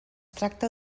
tracta